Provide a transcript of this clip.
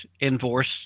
enforce